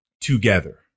together